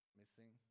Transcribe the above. missing